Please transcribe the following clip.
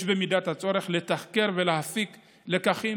במידת הצורך יש לתחקר ולהפיק לקחים